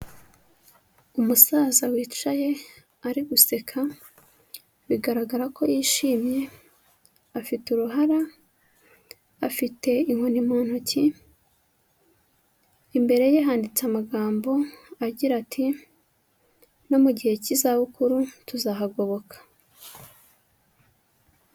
Umusaza wicaye ari guseka bigaragara ko yishimye, afite uruhara, afite inkoni mu ntoki, imbere ye handitse amagambo agira ati :"No mu gihe cy'izabukuru tuzahagoboka."